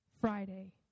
Friday